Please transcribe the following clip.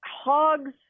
hogs